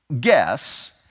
guess